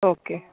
okay